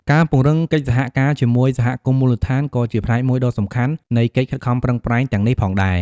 ការពង្រឹងកិច្ចសហការជាមួយសហគមន៍មូលដ្ឋានក៏ជាផ្នែកមួយដ៏សំខាន់នៃកិច្ចខិតខំប្រឹងប្រែងទាំងនេះផងដែរ។